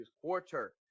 quarter